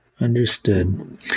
Understood